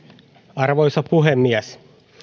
arvoisa puhemies